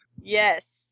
Yes